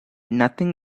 nothing